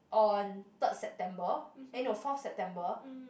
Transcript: on third September eh no fourth September